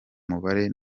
mubare